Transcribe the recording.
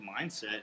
mindset